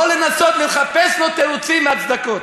לא לנסות לחפש לו תירוצים והצדקות.